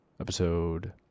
episode